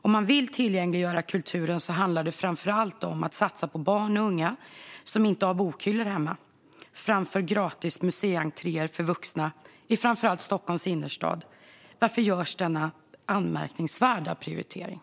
Om man vill tillgängliggöra kulturen handlar det framför allt om att satsa på barn och unga som inte har bokhyllor hemma, i stället för på gratis museientréer för vuxna i framför allt Stockholms innerstad. Varför görs denna anmärkningsvärda prioritering?